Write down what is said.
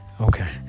Okay